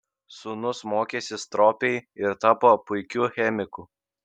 sūnus mokėsi stropiai ir tapo puikiu chemiku